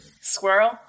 squirrel